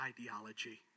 ideology